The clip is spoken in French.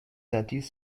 artistes